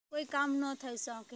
કોઈ કામ ન થઈ શકે